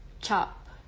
chop